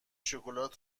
شکلات